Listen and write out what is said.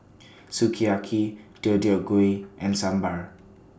Sukiyaki Deodeok Gui and Sambar